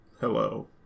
hello